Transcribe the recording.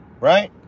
right